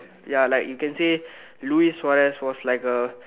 ya like you can say Luis-Suarez was like a